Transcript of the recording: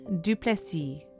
Duplessis